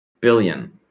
billion